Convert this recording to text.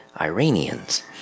Iranians